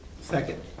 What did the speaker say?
Second